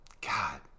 God